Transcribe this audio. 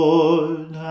Lord